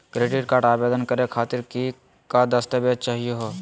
Credit card आवेदन करे खातीर कि क दस्तावेज चाहीयो हो?